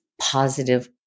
positive